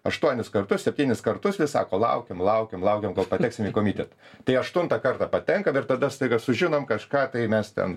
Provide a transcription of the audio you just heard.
aštuonis kartus septynis kartus vis sako laukiam laukiam laukiam kol pateksim į komitetą tai aštuntą kartą patenkam ir dar tada staiga sužinom kažką tai mes ten